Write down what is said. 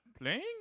playing